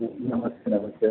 नमस्ते नमस्ते सः